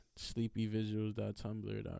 sleepyvisuals.tumblr.com